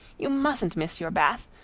you mustn't miss your bath.